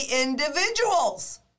individuals